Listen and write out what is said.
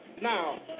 now